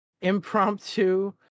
Impromptu